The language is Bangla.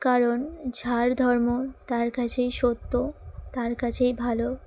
কারণ যার ধর্ম তার কাছেই সত্য তার কাছেই ভালো